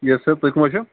یٮَس سَر تُہۍ کٕم حظ چھِو